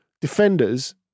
defenders